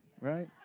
right